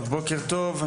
בוקר טוב.